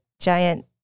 giant